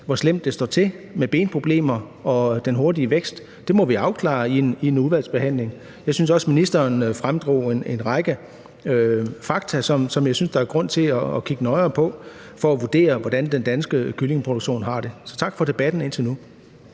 hvor slemt det står til med benproblemer og den hurtige vækst. Det må vi afklare i udvalgsbehandlingen. Jeg synes også, ministeren fremdrog en række fakta, som jeg synes der er grund til at kigge nøjere på med henblik på at vurdere, hvordan den danske kyllingeproduktion har det. Så tak for debatten indtil nu.